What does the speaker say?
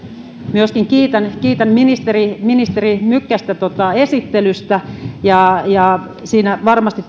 myöskin kiitän kiitän ministeri ministeri mykkästä esittelystä ja siinä varmasti